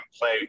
play